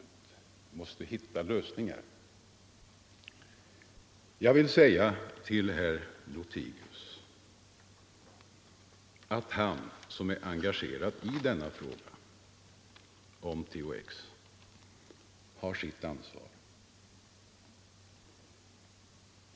Vi måste hitta lösningar. Jag vill säga till herr Lothigius, som är engagerad i fråga om THX, att han har sitt ansvar.